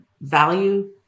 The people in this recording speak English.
value